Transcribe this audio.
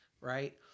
right